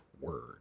word